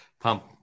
Pump